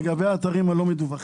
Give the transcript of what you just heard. לגבי האתרים הלא מדווחים,